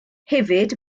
hefyd